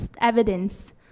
evidence